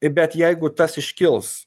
bet jeigu tas iškils